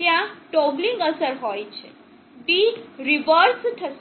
ત્યાં ટોગલિંગ અસર હોય છે d રિવર્સ થશે